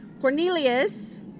Cornelius